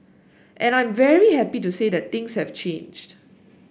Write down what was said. and I'm very happy to say that things have changed